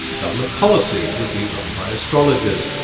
government policy would be run by astrologers.